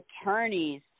attorneys